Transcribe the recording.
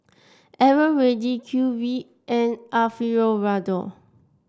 Eveready Q V and Alfio Raldo